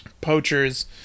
poachers